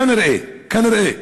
כנראה, כנראה.